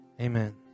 Amen